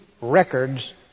records